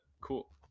cool